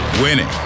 Winning